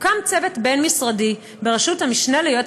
הוקם צוות בין-משרדי בראשות המשנה ליועץ